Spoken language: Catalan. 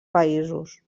països